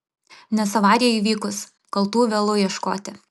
nes avarijai įvykus kaltų vėlu ieškoti